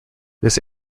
this